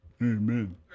Amen